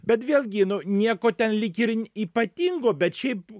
bet vėlgi nu nieko ten lyg ir n ypatingo bet šiaip